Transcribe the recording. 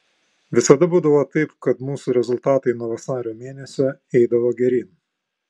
visada būdavo taip kad mūsų rezultatai nuo vasario mėnesio eidavo geryn